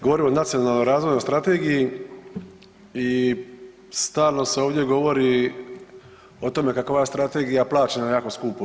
Govorim o Nacionalnoj razvojnoj strategiji i stalno se ovdje govori o tome kako ova strategija plaćena jako skupo.